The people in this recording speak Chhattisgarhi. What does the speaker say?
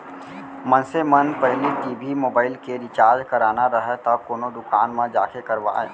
मनसे मन पहिली टी.भी, मोबाइल के रिचार्ज कराना राहय त कोनो दुकान म जाके करवाय